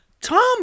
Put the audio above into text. Tom